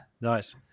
nice